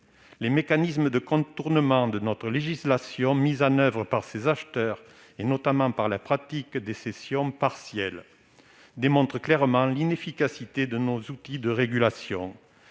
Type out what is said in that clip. Les mécanismes de contournement de notre législation mis en oeuvre par ces acheteurs, notamment la pratique des cessions partielles, démontrent clairement l'inefficacité de nos outils de régulation.